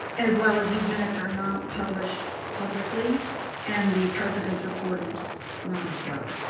as well as these minutes are not published publicly and the president's report is not as well.